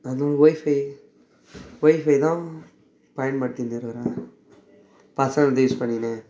அதுவும் wifi wifi தான் பயன்படுத்தின்னு இருக்கிறேன் பசங்கள்து யூஸ் பண்ணிக்கின்னு